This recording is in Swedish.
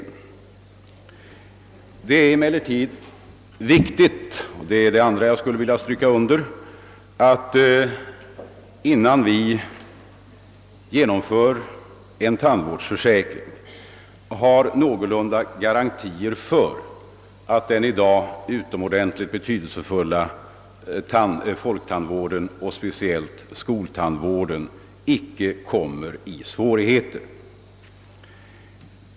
För det andra vill jag understryka att det är angeläget att vi — innan vi genomför en tandvårdsförsäkring — har garantier för att den i dag ytterligt betydelsefulla folktandvården och speciellt skoltandvården icke får svårigheter.